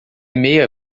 meia